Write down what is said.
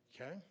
okay